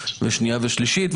ושנייה ושלישית,